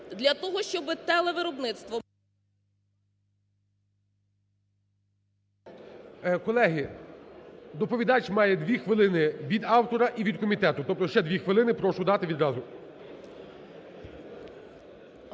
Колеги, доповідач має дві хвилини, від автора і від комітету. Тобто ще дві хвилини прошу дати відразу.